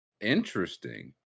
Interesting